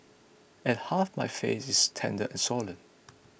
and half my face is tender and swollen